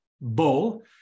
bowl